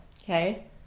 okay